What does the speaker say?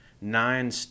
nine